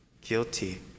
guilty